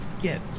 get